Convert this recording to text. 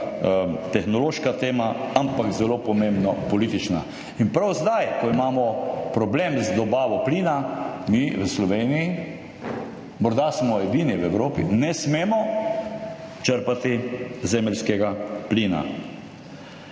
tehnološka tema, ampak zelo pomembno, politična tema. In prav zdaj, ko imamo problem z dobavo plina, mi v Sloveniji, morda smo edini v Evropi, ne smemo črpati zemeljskega plina.